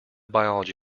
biology